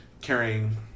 carrying